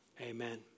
amen